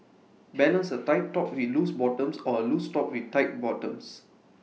balance A tight top with loose bottoms or A loose top with tight bottoms